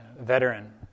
Veteran